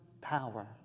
power